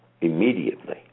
immediately